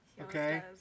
Okay